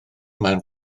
mewn